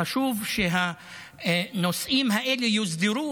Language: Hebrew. חשוב שהנושאים האלה יוסדרו,